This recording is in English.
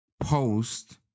post